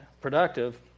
productive